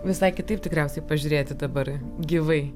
visai kitaip tikriausiai pažiūrėti dabar gyvai